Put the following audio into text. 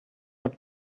what